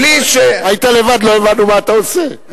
בלי, היית לבד, לא הבנו מה אתה עושה.